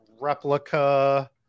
replica